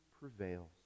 prevails